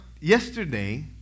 yesterday